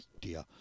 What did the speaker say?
dear